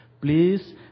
please